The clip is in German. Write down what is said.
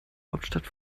hauptstadt